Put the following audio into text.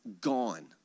gone